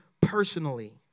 personally